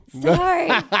Sorry